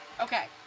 Okay